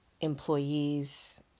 employees